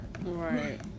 right